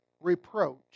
Reproach